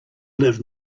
live